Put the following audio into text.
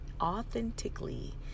authentically